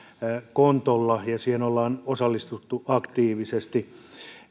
kontolla ja siihen ollaan osallistuttu aktiivisesti